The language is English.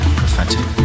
prophetic